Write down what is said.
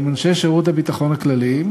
עם אנשי שירות הביטחון הכללי,